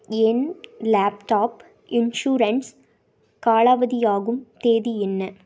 என் laptop insurance காலாவதியாகும் தேதி என்ன